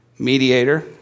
Mediator